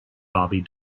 bobbie